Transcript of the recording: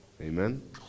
Amen